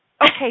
okay